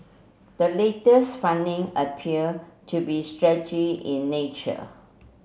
the latest funding appear to be strategy in nature